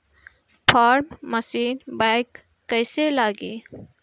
Form machine बैक कईसे लागी?